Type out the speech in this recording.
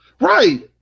Right